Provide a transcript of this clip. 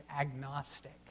agnostic